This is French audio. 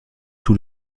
tout